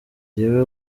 jyewe